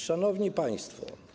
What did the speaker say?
Szanowni Państwo!